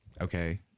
Okay